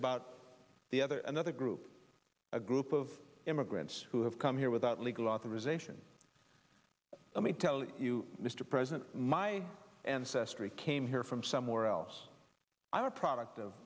about the other another group a group of immigrants who have come here without legal authorization let me tell you mr president my ancestry came here from somewhere else i'm a product of